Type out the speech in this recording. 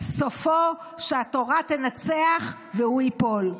סופו שהתורה תנצח והוא ייפול.